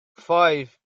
five